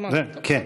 כן.